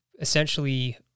essentially